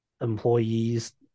employees